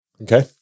Okay